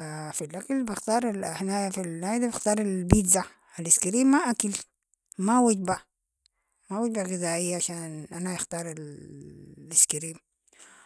في الأكل بختار- هناية في- هنايي ده بختار البيتزا، الاسكريم ما اكل، ما وجبة، ما وجبة غذائية عشان انا اختار السكريم،